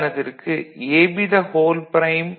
உதாரணத்திற்கு '